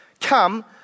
Come